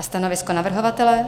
Stanovisko navrhovatele?